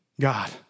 God